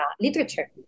literature